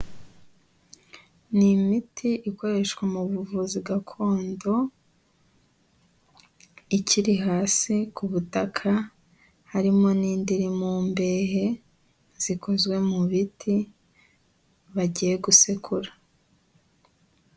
Ni imiti ikoreshwa mu buvuzi gakondo, ikiri hasi ku butaka harimo n'indi mu mbehe zikozwe mu biti bagiye gusekura.